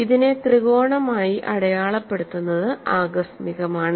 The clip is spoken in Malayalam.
ഇതിനെ ത്രികോണം ആയി അടയാളപ്പെടുത്തുന്നത് ആകസ്മികമാണ്